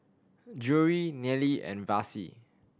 Drury Nealy and Vassie